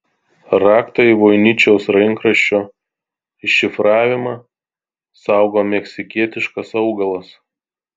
raktą į voiničiaus rankraščio iššifravimą saugo meksikietiškas augalas